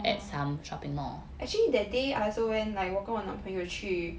oh actually that day I also went like 我跟我男朋友去